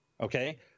okay